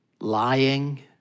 lying